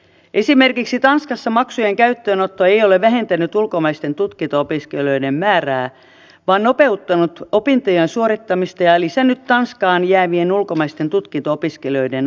esimerkiksi tanskassa maksujen käyttöönotto ei ole vähentänyt ulkomaisten tutkinto opiskelijoiden määrää vaan nopeuttanut opintojen suorittamista ja lisännyt tanskaan jäävien ulkomaisten tutkinto opiskelijoiden osuutta